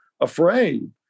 afraid